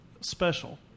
special